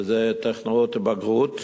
טכנאים ובגרות,